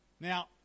Now